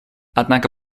однако